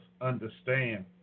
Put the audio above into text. understand